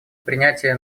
принятие